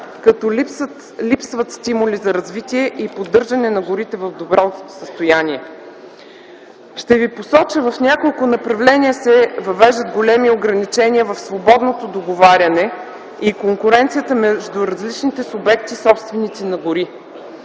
като липсват стимули за развитие и поддържане на горите в добро състояние. Ще ви посоча: в няколко направления се въвеждат големи ограничения в свободното договаряне и конкуренцията между различните субекти – собственици на горите.